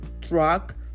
truck